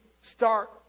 start